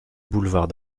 boulevard